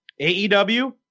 AEW